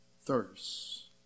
thirst